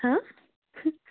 হা